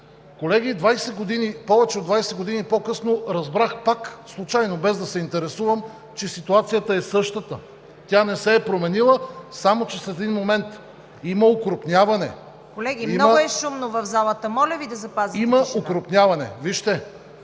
Колеги, повече от 20 години по-късно разбрах, пак случайно, без да се интересувам, че ситуацията е същата. Тя не се е променила, само че в един момент има окрупняване… ПРЕДСЕДАТЕЛ ЦВЕТА КАРАЯНЧЕВА: Колеги, много е шумно в залата. Моля Ви да запазите тишина!